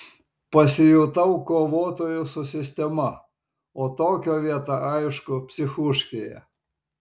pasijutau kovotoju su sistema o tokio vieta aišku psichuškėje